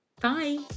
Bye